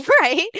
right